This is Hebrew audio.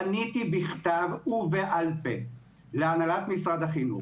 פניתי בכתב ובעל פה להנהלת משרד החינוך,